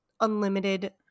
unlimited